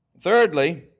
Thirdly